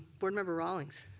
board member rawlings.